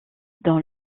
dans